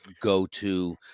go-to